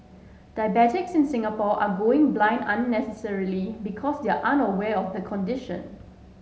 diabetics in Singapore are going blind unnecessarily because they are unaware of the condition